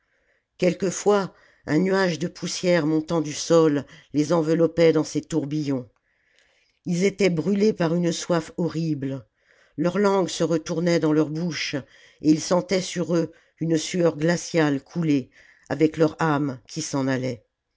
quelquefois un nuage de poussière montant du sol les enveloppait dans ses tourbillons ils étaient brûlés par une soif horrible leur langue se retournait dans leur bouche et ils sentaient sur eux une sueur glaciale couler avec leur âme qui s'en allait